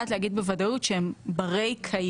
המשוואה היא דברים שאת יודעת להגיד בוודאות שהם ברי קיימא,